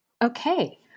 Okay